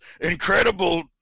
incredible